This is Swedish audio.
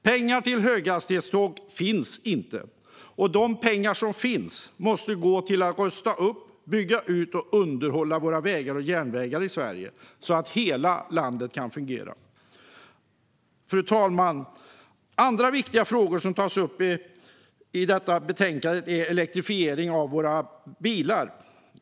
Pengar till höghastighetståg finns inte. De pengar som finns måste gå till att rusta upp, bygga ut och underhålla våra vägar och järnvägar i Sverige, så att hela landet kan fungera. Fru talman! Andra viktiga frågor som tas upp i detta betänkande gäller elektrifiering av våra bilar.